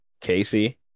casey